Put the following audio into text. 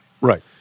Right